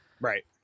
Right